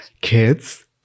kids